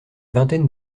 vingtaine